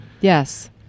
yes